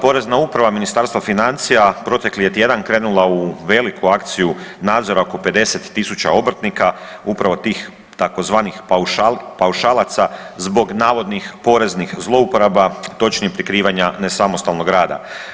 Porezna uprava Ministarstva financija protekli je tjedan krenula u veliku akciju nadzora oko 50.000 obrtnika upravo tih tzv. paušalaca zbog navodnih poreznih zlouporaba točnije prikrivanja nesamostalnog rada.